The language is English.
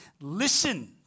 listen